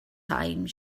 time